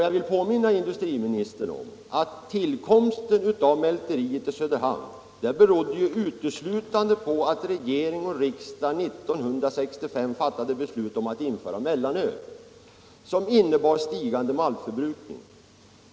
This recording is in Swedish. Jag vill påminna industriministern om att tillkomsten av mälteriet i Söderhamn uteslutande berodde på att regering och riksdag år 1965 fattade beslut om att införa mellanölet, något som medförde en stigande maltförbrukning.